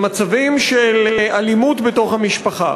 במצבים של אלימות בתוך המשפחה,